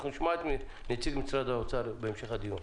אנחנו נשמע את נציג משרד האוצר בהמשך הדיון.